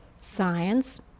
science